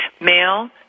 male